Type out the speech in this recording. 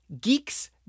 Geeks